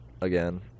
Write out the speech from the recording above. again